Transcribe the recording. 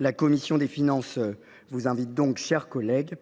La commission des finances vous invite, mes chers collègues,